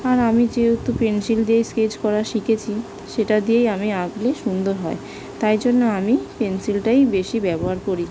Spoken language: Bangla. আর আমি যেহেতু পেনসিল দিয়েই স্কেচ করা শিখেছি সেটা দিয়েই আমি আঁকলে সুন্দর হয় তাই জন্য আমি পেনসিলটাই বেশি ব্যবহার করি